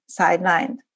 sidelined